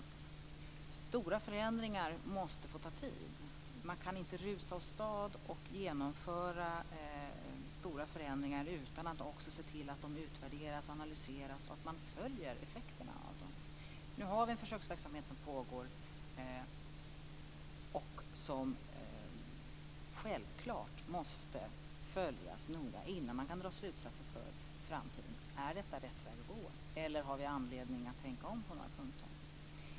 Stora förändringar måste få ta tid. Man kan inte rusa åstad och genomföra stora förändringar utan att också se till att de utvärderas, analyseras och effekterna av dem följs. Nu pågår en försöksverksamhet som självklart måste följas noga innan man drar slutsatser för framtiden. Vi måste veta om detta är rätt väg att gå eller om vi har anledning att tänka om på några punkter.